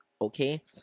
okay